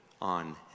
on